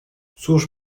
cóż